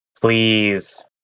Please